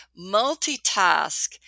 multitask